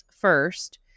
first